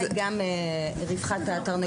הכוונה היא גם רווחת התרנגולות.